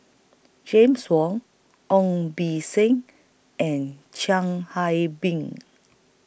James Wong Ong B Seng and Chiang Hai Bing